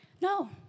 no